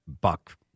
buck